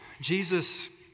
Jesus